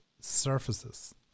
surfaces